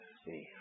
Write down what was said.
see